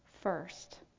First